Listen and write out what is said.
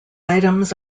items